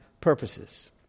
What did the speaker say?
purposes